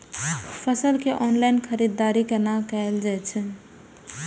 फसल के ऑनलाइन खरीददारी केना कायल जाय छै?